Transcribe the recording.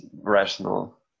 rational